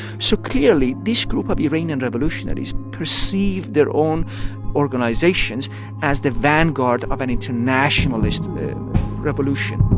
so clearly, this group of iranian revolutionaries perceive their own organizations as the vanguard of an internationalist revolution